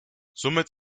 somit